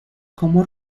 cómo